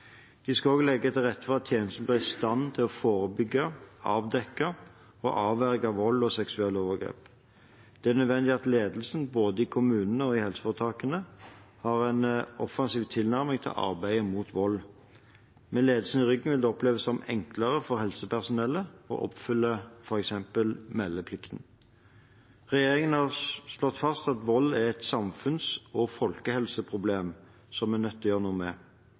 De skal også legge til rette for at tjenestene blir i stand til å forebygge, avdekke og avverge vold og seksuelle overgrep. Det er nødvendig at ledelsen, både i kommunene og i helseforetakene, har en offensiv tilnærming til arbeidet mot vold. Med ledelsen i ryggen vil det oppleves enklere for helsepersonellet å oppfylle f.eks. meldeplikten. Regjeringen har slått fast at vold er et samfunns- og folkehelseproblem som vi er nødt til å gjøre noe med.